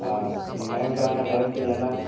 हाँ और टाइम पे आना टाइम पे जाना